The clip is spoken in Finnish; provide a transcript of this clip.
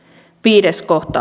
viides kohta